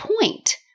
point